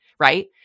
Right